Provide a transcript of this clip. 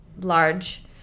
large